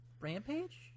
Rampage